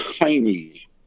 tiny